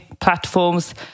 platforms